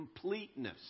completeness